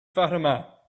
fatima